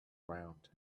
round